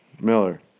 Miller